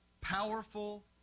powerful